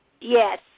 Yes